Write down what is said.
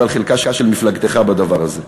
ועל חלקה של מפלגתך בדבר הזה.